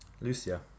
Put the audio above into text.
Lucia